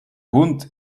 hund